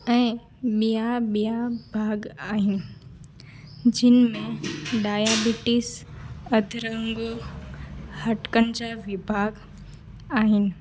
ऐं ॿिया ॿिया भाॻ आहिनि जिनि में डायाबिटीस अधुरंग हॾकनि जा विभाग आहिनि